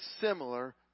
similar